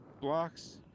blocks